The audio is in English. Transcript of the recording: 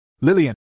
Lillian